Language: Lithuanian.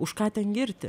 už ką ten girti